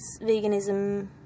veganism